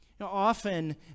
Often